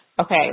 Okay